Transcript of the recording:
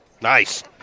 Nice